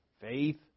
faith